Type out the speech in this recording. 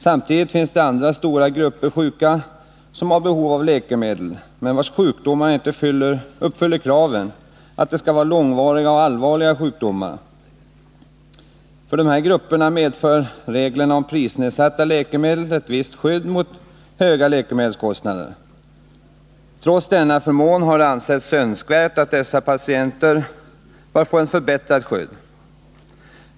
Samtidigt finns det andra stora grupper sjuka som är i behov av läkemedel, men vilkas sjukdomar inte uppfyller kraven att de skall vara långvariga och allvarliga. För dessa grupper medför reglerna om prisnedsatta läkemedel ett visst skydd mot höga läkemedelskostnader. Trots denna förmån har det ansetts önskvärt att dessa patienter får en förbättring av skyddet.